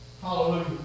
Hallelujah